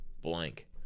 blank